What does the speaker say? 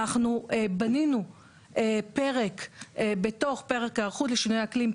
אנחנו בנינו פרק בתוך פרק היערכות לשינויי אקלים,